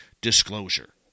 disclosure